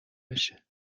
بشه